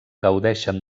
gaudeixen